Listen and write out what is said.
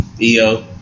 EO